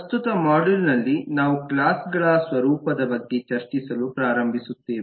ಪ್ರಸ್ತುತ ಮಾಡ್ಯೂಲ್ ನಲ್ಲಿ ನಾವು ಕ್ಲಾಸ್ ಗಳ ಸ್ವರೂಪದ ಬಗ್ಗೆ ಚರ್ಚಿಸಲು ಪ್ರಾರಂಭಿಸುತ್ತೇವೆ